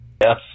Yes